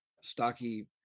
stocky